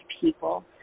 people